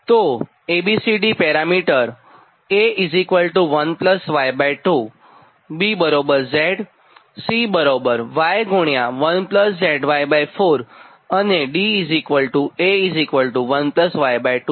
તો A B C D parameter A 1Y2 BZ CY 1ZY4 અને DA 1Y2